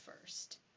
first